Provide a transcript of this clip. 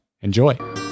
Enjoy